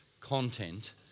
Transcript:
content